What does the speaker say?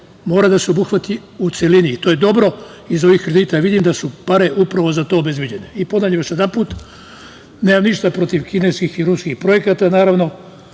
mora da se obuhvati u celini i to je dobro iz ovih kredita, jer vidim da su pare upravo za to obezbeđene. Ponavljam još jedanput, nemam ništa protiv Kineskih i Ruskih projekata, a naravno